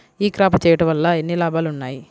ఈ క్రాప చేయుట వల్ల ఎన్ని లాభాలు ఉన్నాయి?